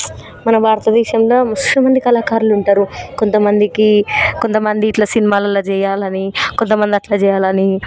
మన భారతదేశంలో మస్తుమంది కళకారులు ఉంటారు కొంతమందికి కొంతమంది ఇట్లా సినిమాలల్లో చేయాలని కొంతమంది అట్లా చేయాలని